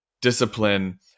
discipline